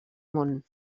món